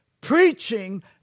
preaching